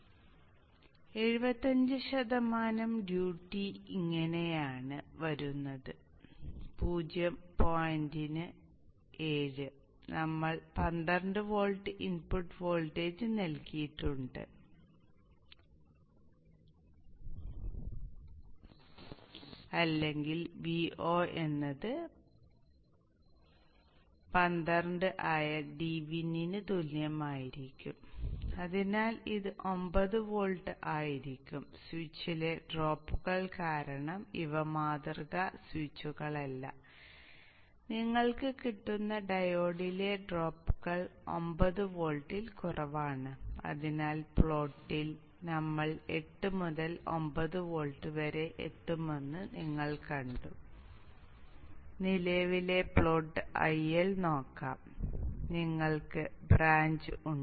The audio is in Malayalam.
അതിനാൽ 75 ശതമാനം ഡ്യൂട്ടി ഇങ്ങനെയാണ് ബ്രാഞ്ച് ഉണ്ട്